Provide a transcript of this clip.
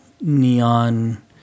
neon